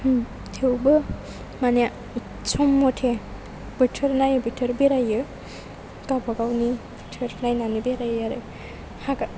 थेवबो माने सम मथे बोथोर नायै बोथोर बेरायो गावबागावनि बोथोर नायनानै बेरायो आरो